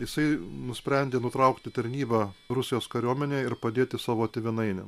jisai nusprendė nutraukti tarnybą rusijos kariuomenėj ir padėti savo tėvynainiam